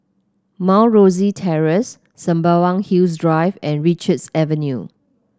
Mount Rosie Terrace Sembawang Hills Drive and Richards Avenue